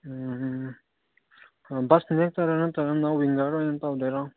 ꯎꯝ ꯕꯁꯇ ꯑꯣꯏꯅ ꯆꯠꯇꯣꯏꯔꯣ ꯅꯠꯇ꯭ꯔꯒꯅ ꯋꯤꯡꯒꯔꯗ ꯑꯣꯏꯅ ꯇꯧꯗꯣꯏꯔꯣ